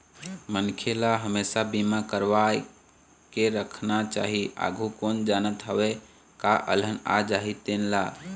मनखे ल हमेसा बीमा करवा के राखना चाही, आघु कोन जानत हवय काय अलहन आ जाही तेन ला